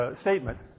statement